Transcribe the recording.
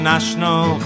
national